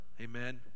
Amen